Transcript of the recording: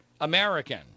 American